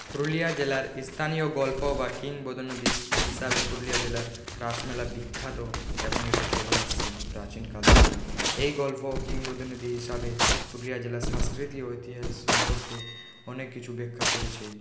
পুরুলিয়া জেলার স্থানীয় গল্প বা কিংবদন্তি হিসাবে পুরুলিয়া জেলার রাস মেলা বিখ্যাত এবং এটা চলে আসছে প্রাচীনকাল থেকেই এই গল্প কিংবদন্তি হিসাবে পুরুলিয়া জেলার সাংস্কৃতিক ঐতিহাসিক সম্পর্কে অনেক কিছু ব্যাখ্যা করেছে